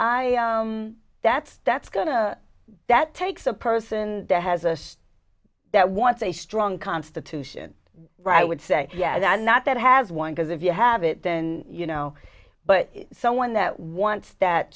i that's that's going to that takes a person that has a that wants a strong constitution right would say yeah i'm not that has one because if you have it then you know but someone that wants that